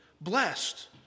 Blessed